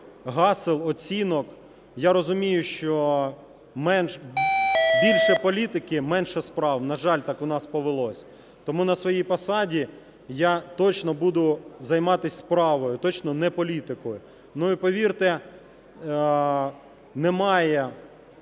гасел, оцінок. Я розумію, що більше політики – менше справ. На жаль, так у нас повелось. Тому на своїй посаді я точно буду займатися справою, точно не політикою. І повірте, немає